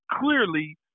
clearly